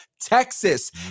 Texas